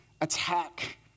attack